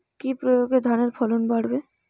কি প্রয়গে ধানের ফলন বাড়বে?